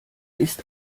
ist